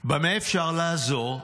"במה אפשר לעזור?"